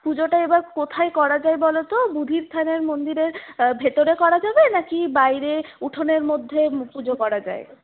পুজোটা এবার কোথায় করা যায় বলো তো বুধির থানের মন্দিরের ভেতরে করা যাবে নাকি বাইরে উঠোনের মধ্যে পুজো করা যায়